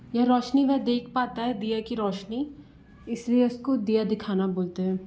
यह रोशनी वह देख पाता है दिए की रोशनी इसलिए इसको दिया दिखाना बोलते हैं